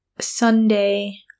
Sunday